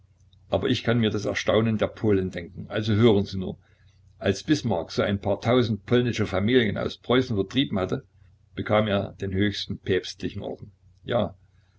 aber ich kann mir das erstaunen der polen denken hören sie nur als bismarck so ein paar tausend polnische familien aus preußen vertrieben hatte bekam er den höchsten päpstlichen orden ja